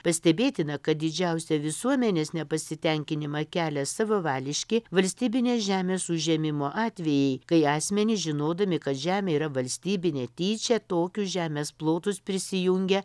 pastebėtina kad didžiausią visuomenės nepasitenkinimą kelia savavališki valstybinės žemės užėmimo atvejai kai asmenys žinodami kad žemė yra valstybinė tyčia tokių žemės plotus prisijungia